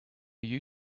you